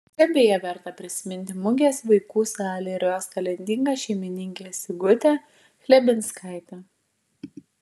čia beje verta prisiminti mugės vaikų salę ir jos talentingą šeimininkę sigutę chlebinskaitę